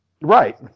Right